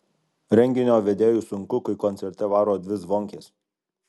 renginio vedėjui sunku kai koncerte varo dvi zvonkės